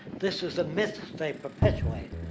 this is the myth they perpetuade.